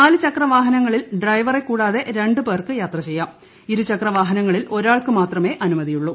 നാല് ചക്രവാഹനങ്ങളിൽ ഡ്രൈവറെക്കൂടാതെ രണ്ട് പേർക്ക് യാത്ര ചെയ്യാം ഇരുചക്രവാഹനങ്ങളിൽ ഒരാൾക്ക് മാത്രമേ അനുമതി ഉള്ളൂ